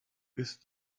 ist